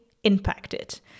impacted